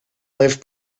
leve